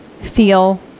feel